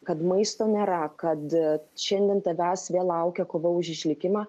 kad maisto nėra kad šiandien tavęs vėl laukia kova už išlikimą